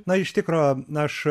na iš tikro aš